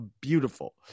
beautiful